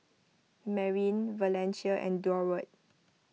Marin Valencia and Durward